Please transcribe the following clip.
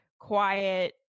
quiet